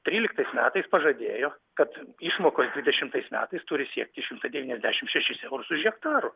tryliktais metais pažadėjo kad išmokos dvidešimtais metais turi siekti šimtą devyniasdešimt šešis eurus už hektarą